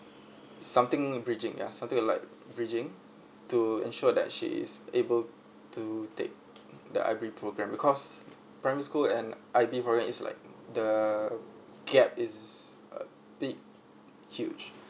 something bridging ya something like bridging to ensure that she is able to take the I_B program because primary school and I_B program is like the gap is a big huge